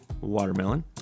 watermelon